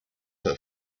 her